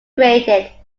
created